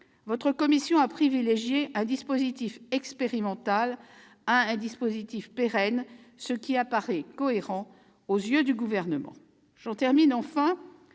votre commission a préféré un dispositif expérimental à un dispositif pérenne, ce qui apparaît cohérent aux yeux du Gouvernement.